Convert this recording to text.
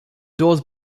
doors